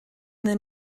then